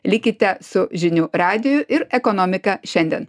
likite su žinių radiju ir ekonomika šiandien